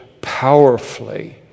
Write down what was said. powerfully